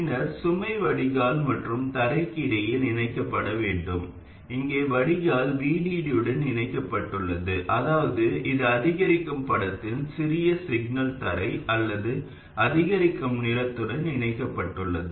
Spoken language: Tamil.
பின்னர் சுமை வடிகால் மற்றும் தரைக்கு இடையில் இணைக்கப்பட வேண்டும் இங்கே வடிகால் VDD உடன் இணைக்கப்பட்டுள்ளது அதாவது இது அதிகரிக்கும் படத்தில் சிறிய சிக்னல் தரை அல்லது அதிகரிக்கும் நிலத்துடன் இணைக்கப்பட்டுள்ளது